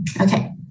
Okay